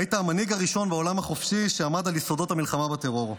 היית המנהיג הראשון בעולם החופשי שעמד על יסודות המלחמה בטרור.